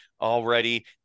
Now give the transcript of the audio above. already